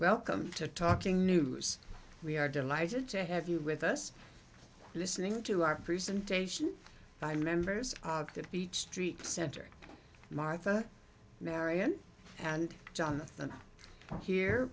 welcome to talking news we are delighted to have you with us listening to our presentation by members of the beech street center martha marion and jonathan here